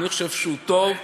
אני חושב שהוא טוב.